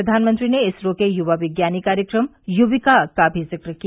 प्रधानमंत्री ने इसरो के यूवा विज्ञानी कार्यक्रम यूविका का भी जिक्र किया